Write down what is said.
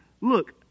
look